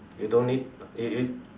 you don't need